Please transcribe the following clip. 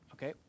Okay